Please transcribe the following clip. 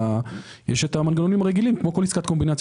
יש מנגנונים רגילים כמו בכל עסקת קומבינציה